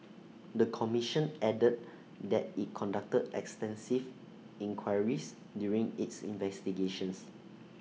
the commission added that IT conducted extensive inquiries during its investigations